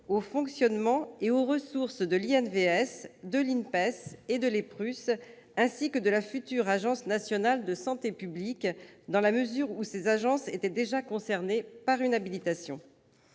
au fonctionnement et aux ressources de l'InVS, de l'INPES et de l'EPRUS, ainsi que de la future Agence nationale de santé publique, dans la mesure où ces agences étaient déjà concernées par une habilitation.